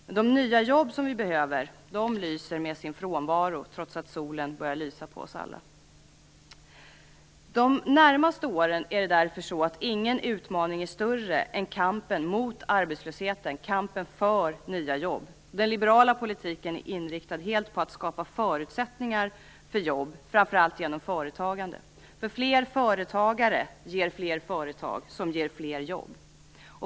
Men de nya jobb vi behöver lyser med sin frånvaro, trots att solen nu börjat lysa på oss alla. De närmaste åren är därför ingen utmaning större än kampen mot arbetslösheten och kampen för nya jobb. Den liberala politiken är helt inriktad på att skapa förutsättningar för jobb, framför allt genom företagande. Fler företagare ger nämligen fler företag, som ger fler jobb.